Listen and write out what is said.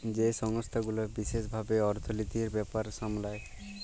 যেই সংস্থা গুলা বিশেস ভাবে অর্থলিতির ব্যাপার সামলায়